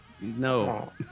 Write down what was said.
No